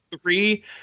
three